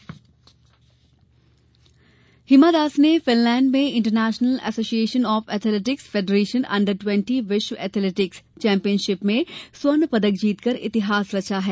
हिमा दास हिमा दास ने फिनलैन्ड में international association of athletics federation under twenty विश्व एथेलेटिक्स चेम्पियनशिप में स्वर्ण पदक जीतकर इतिहास रचा है